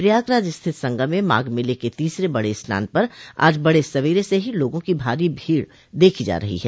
प्रयागराज स्थित संगम में माघ मेले के तीसरे बड़े स्नान पर बड़े सबेरे से ही लोगों की भारी भीड़ देखी जा रही है